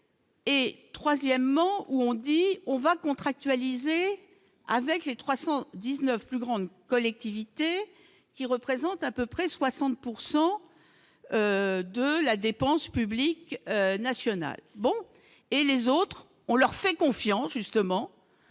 et troisièmement, où on dit on va contractualiser avec les 319 plus grandes collectivités qui représente à peu près 60 pourcent de la dépense publique nationale, bon et les autres, on leur fait confiance, justement